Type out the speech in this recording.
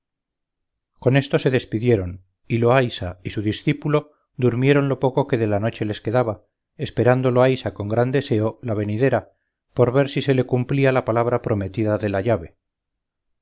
con esto se despidieron y loaysa y su discípulo durmieron lo poco que de la noche les quedaba esperando loaysa con gran deseo la venidera por ver si se le cumplía la palabra prometida de la llave